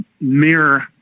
mirror